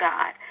God